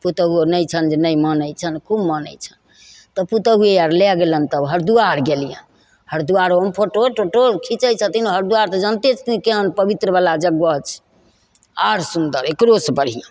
पुतौहुओ नहि छनि जे नहि मानै छनि खूब मानै छनि तऽ पुतौहुए आओर लै गेलनि तब हरिद्वार गेलिअनि हरिद्वारोमे फोटो तोटो खिचै छथिन हरिद्वार तऽ जानिते छथिन केहन पवित्रवला जगह छै आओर सुन्दर एकरोसे बढ़िआँ